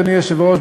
אדוני היושב-ראש,